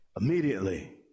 immediately